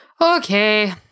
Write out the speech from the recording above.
Okay